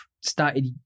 started